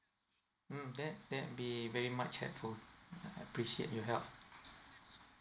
mm that that'll be very much helpful I I appreciate you help